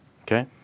Okay